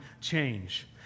change